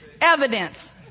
evidence